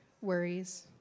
worries